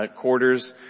quarters